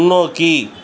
முன்னோக்கி